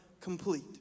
complete